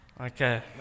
Okay